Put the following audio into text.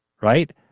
right